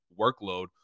workload